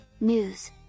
news